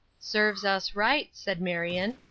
serves us right, said marion.